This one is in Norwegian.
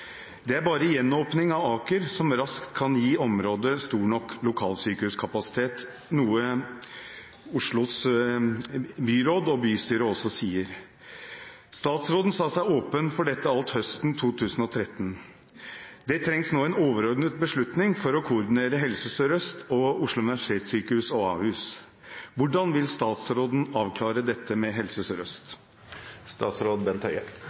Det er bare gjenåpning av Aker som raskt kan gi området stor nok lokalsykehuskapasitet, noe byrådet og bystyret i Oslo også sier. Statsråden sa seg åpen for dette alt høsten 2013. Det trengs nå en overordnet beslutning for å koordinere Helse Sør-Øst og Oslo universitetssykehus og Ahus. Hvordan vil statsråden avklare dette med Helse